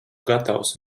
gatavs